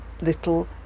little